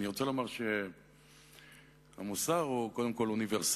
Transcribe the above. אני רוצה לומר שהמוסר הוא קודם כול אוניברסלי.